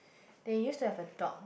they used to have a dog